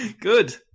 Good